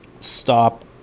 stop